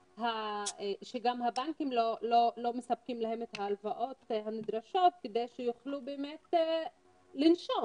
כשגם הבנקים לא מספקים להם את ההלוואות הנדרשות כדי שיוכלו באמת לנשום,